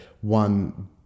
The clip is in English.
one